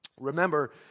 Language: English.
Remember